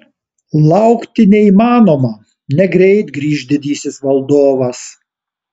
laukti neįmanoma negreit grįš didysis valdovas